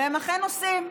והם אכן עושים.